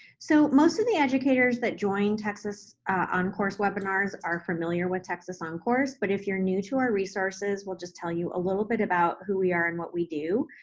so, most of the educators that join texas oncourse webinars are familiar with texas oncourse, but if you're new to our resources, we'll just tell you a little bit about who we are and what we do.